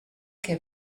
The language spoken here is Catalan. que